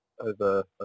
over